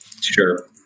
Sure